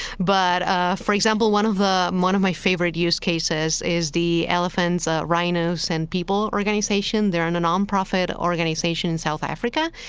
but for example, one of ah one of my favorite use cases is the elephants, rhinos and people organization. they're and a non-profit organization in south africa,